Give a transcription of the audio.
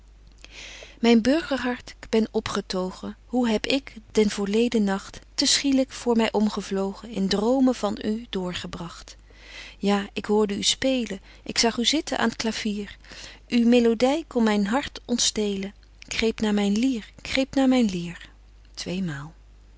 k ben opgetogen hoe heb ik den voorleden nagt te schielyk voor my omgevlogen in dromen van u doorgebragt betje wolff en aagje deken historie van mejuffrouw sara burgerhart ja ik hoorde u spelen ik zag u zitten aan t clavier uw melody kon my myn hart ontstelen k greep naar myn lier k greep naar myn lier